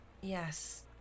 Yes